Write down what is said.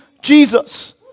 Jesus